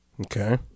Okay